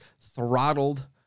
throttled